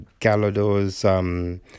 Galador's